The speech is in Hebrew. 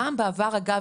פעם בעבר אגב,